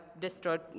destroyed